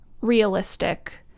realistic